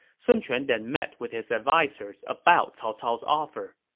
sun quan then met with his advisers about cao cao's offer